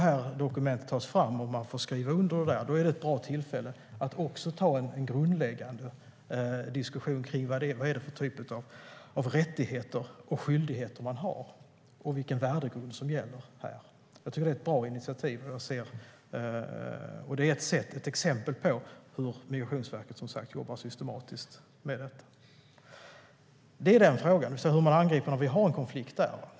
När dokumentet tas fram och man får skriva under det är det ett bra tillfälle att ta en grundläggande diskussion om vilka rättigheter och skyldigheter man har och vilken värdegrund som gäller här. Jag tycker att det är ett bra initiativ och ett exempel på hur Migrationsverket jobbar systematiskt med detta. Det var frågan hur man angriper en konflikt.